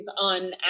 on